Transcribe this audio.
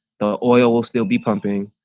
the oil will still be pumping.